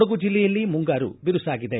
ಕೊಡಗು ಜಿಲ್ಲೆಯಲ್ಲಿ ಮುಂಗಾರು ಬಿರುಸಾಗಿದೆ